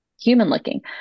human-looking